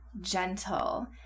gentle